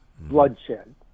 bloodshed